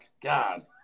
God